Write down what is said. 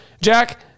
Jack